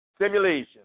simulation